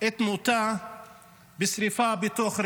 את מותה בשרפה בתוך רכב.